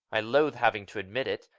i loathe having to admit it.